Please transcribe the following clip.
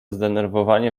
zdenerwowanie